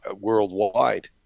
worldwide